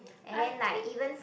I think